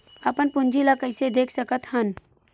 अपन पूंजी ला कइसे देख सकत हन?